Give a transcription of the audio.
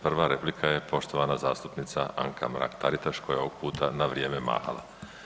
Prva replika je poštovana zastupnica Anka Mrak Taritaš koja je ovog puta na vrijeme mahala.